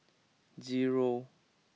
zero